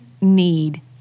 need